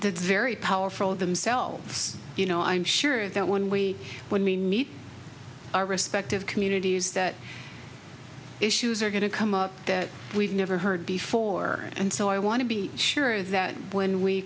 that's very powerful themselves you know i'm sure that when we when we meet our respective communities that issues are going to come up that we've never heard before and so i want to be sure that when we